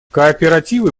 кооперативы